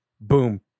boom